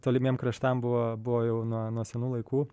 tolimiem kraštam buvo buvo jau nuo nuo senų laikų